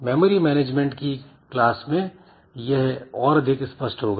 memory management की class में यह और अधिक स्पष्ट होगा